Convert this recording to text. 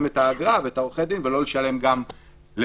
את האגרה ואת עורכי הדין ולא לשלם גם לשופט.